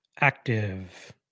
Active